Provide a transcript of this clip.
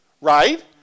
right